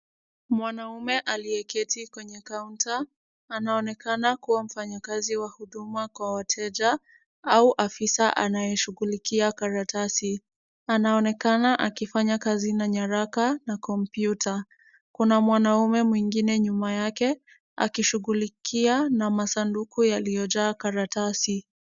Mwanaume aliyeketi kwenye kaunta, anaonekana kuwa mfanyakazi wa huduma kwa wateja au afisa anayeshughulikia karatasi. Anaonekana akifanya kazi na nyaraka na kompyuta. Kuna mwanaume mwingine nyuma yake, akishughulikia na masanduku yaliyojaa karatasi.